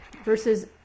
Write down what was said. Versus